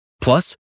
Plus